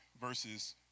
versus